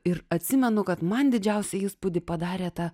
ir atsimenu kad man didžiausią įspūdį padarė ta